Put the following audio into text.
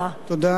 תודה.